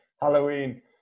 Halloween